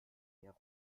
her